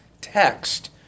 text